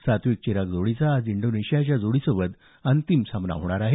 सात्विक चिराग जोडीचा आज इंडोनेशियाच्या जोडीसोबत अंतिम सामना होणार आहे